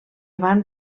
van